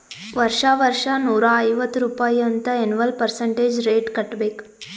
ವರ್ಷಾ ವರ್ಷಾ ನೂರಾ ಐವತ್ತ್ ರುಪಾಯಿ ಅಂತ್ ಎನ್ವಲ್ ಪರ್ಸಂಟೇಜ್ ರೇಟ್ ಕಟ್ಟಬೇಕ್